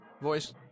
voice